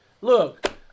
Look